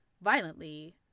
violently